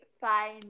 fine